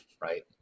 right